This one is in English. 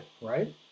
right